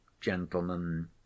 gentlemen